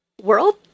world